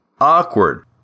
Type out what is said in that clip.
awkward